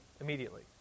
immediately